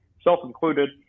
self-included